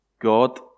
God